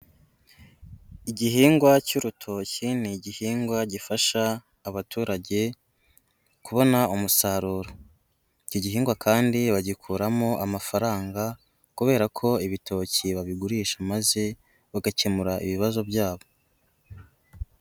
Igihingwa cy'urutoki ni igihingwa gifasha abaturage, kubona umusaruro. Iki gihingwa kandi bagikuramo amafaranga, kubera ko ibitoki babigurisha maze bagakemura ibibazo byabo.